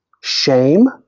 shame